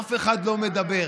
אף אחד לא מדבר.